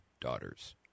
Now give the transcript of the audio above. daughters